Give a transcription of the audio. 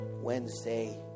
Wednesday